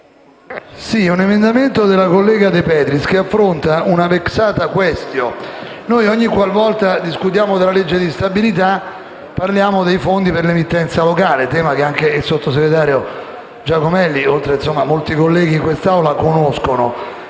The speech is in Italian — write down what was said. di un emendamento della collega De Petris, che affronta una *vexata quaestio*. Ogni volta discutiamo della legge di stabilità parliamo del Fondo per l'emittenza locale, un tema che anche il sottosegretario Giacomelli, insieme a molto colleghi in quest'Aula, conosce